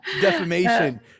Defamation